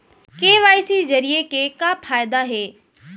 KYC जरिए के का फायदा हे?